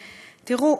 תראו,